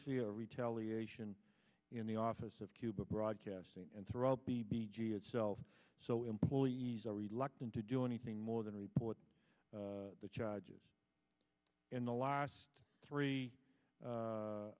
of retaliation in the office of cuba broadcasting and throughout the b g itself so employees are reluctant to do anything more than report the charges in the last three